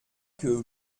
que